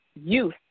youth